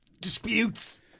Disputes